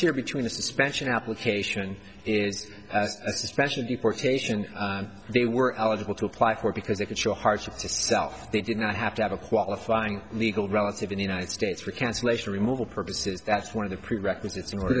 here between the suspension application is a special deportation they were eligible to apply for because they could show hardship to self they did not have to have a qualifying legal relative in the united states for cancelation removal purposes that's one of the prerequisites in order